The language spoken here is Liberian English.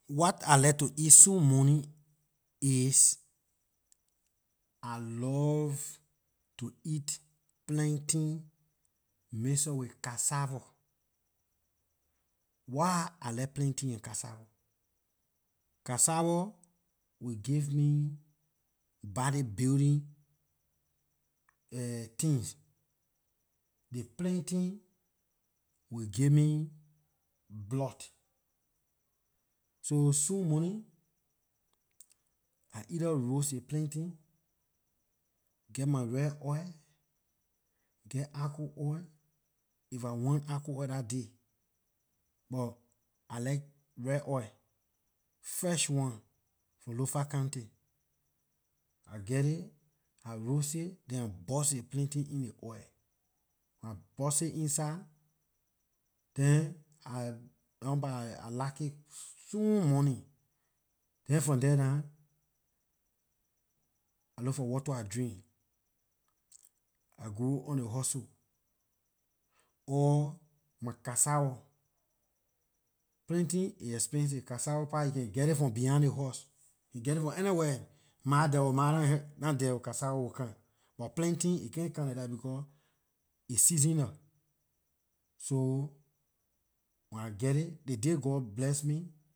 What I like to eat soon morning is, I love to eat plantain mix- up with cassava. Why I like plantain and cassava, cassava will give me bodybuilding things, ley plantain will give me blood. So soon morning, I either roast ley plantain geh my red oil, geh argo oil, if I want argo oil dah day, but I like red oil fresh one from lofa county. I geh it I roast it then burst ley plantain in ley oil when I burst it inside then i, dah want pah I lock it soon morning then from there nah I look for water I drink I go on ley hustle or my cassava, plantain aay expensive, cassava pah you can get it from behind ley house you geh it from anywhere, ma there oh ma nah there oh cassava will come buh plantain it can't come like that becor it seasonal so when I geh it, the day god bless me